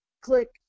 click